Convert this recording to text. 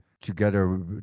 Together